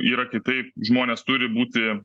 yra kitaip žmonės turi būti